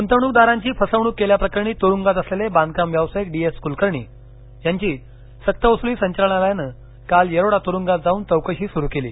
गुतवणूकदरांची फसवणूक केल्या प्रकरणी तुरुगात असलेले बांधकाम व्यवसायिक डी एस कुलकर्णी यांची सक्तवसुली संचालनालयानं काल येरवडा तुरुंगात जाऊन चौकशी सूरु केली